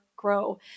Grow